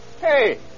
Hey